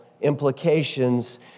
implications